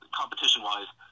competition-wise